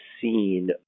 seen